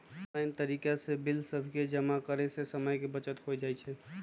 online तरिका से bill सभके जमा करे से समय के बचत हो जाइ छइ